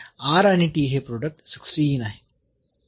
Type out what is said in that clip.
तर आणि हे प्रोडक्ट आहे